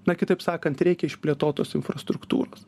na kitaip sakant reikia išplėtotos infrastruktūros